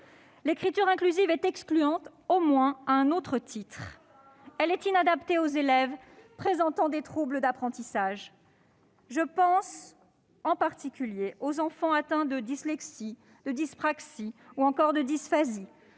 L'écriture inclusive est excluante au moins à un autre titre : elle est inadaptée aux élèves présentant des troubles d'apprentissage. Je pense en particulier aux enfants atteints de dyslexie, de dyspraxie ou de dysphasie.